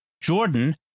Jordan